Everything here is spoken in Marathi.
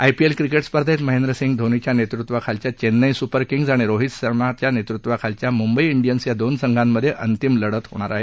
आयपीएल क्रिकेट स्पर्धेत महेंद्र सिंग धोनीच्या नेतृत्वाखालील चेन्नई सुपर किंग्स आणि रोहित शर्माच्या नेतृत्वाखालील मुंबई ांडियन्स या दोन संघात अंतिम लढत होणार आहे